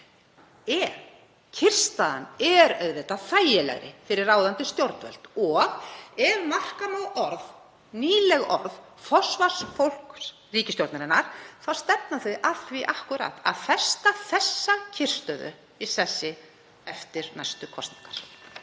En kyrrstaðan er auðvitað þægilegri fyrir ráðandi stjórnvöld og ef marka má nýleg orð forsvarsfólks ríkisstjórnarinnar þá stefna þau að því akkúrat að festa þessa kyrrstöðu í sessi eftir næstu kosningar.